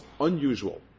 unusual